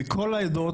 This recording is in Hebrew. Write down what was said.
מכל העדות,